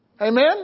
Amen